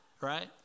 right